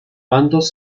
bandos